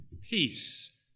Peace